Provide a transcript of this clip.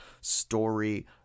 story